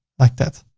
like that.